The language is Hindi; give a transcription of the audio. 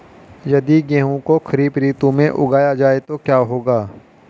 यदि गेहूँ को खरीफ ऋतु में उगाया जाए तो क्या होगा?